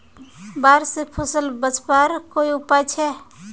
बाढ़ से फसल बचवार कोई उपाय छे?